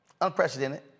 unprecedented